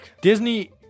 Disney